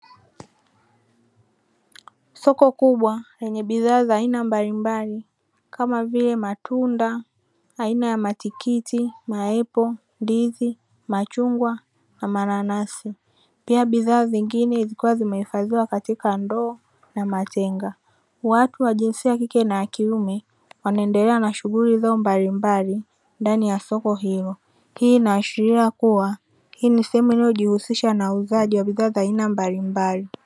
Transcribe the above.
Soko kubwa lenye bidhaa za aina mbalimbali kama vile: matunda aina ya matikiti, maepo, ndizi, machungwa na mananasi; pia bidhaa zingine zilikuwa zimehifadhiwa katika ndoo na matenga. Watu wa jinsia ya kike na wa kiume wanaendelea na shughuli zao mbalimbali ndani ya soko hilo; hii inaashiria kuwa hii ni sehemu inayojihusisha na uuzaji wa bidhaa za aina mbalimbali.